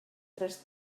tres